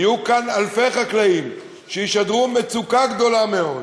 יהיו כאן אלפי חקלאים שישדרו מצוקה גדולה מאוד.